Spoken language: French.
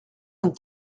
vingt